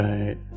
Right